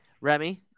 Remy